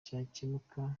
cyakemuka